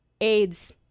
AIDS